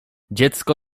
dziecko